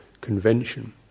convention